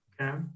okay